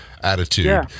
attitude